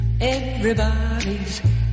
Everybody's